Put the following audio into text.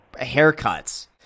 haircuts